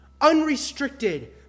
unrestricted